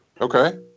Okay